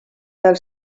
tal